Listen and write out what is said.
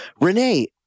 renee